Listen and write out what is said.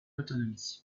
autonomie